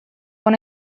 una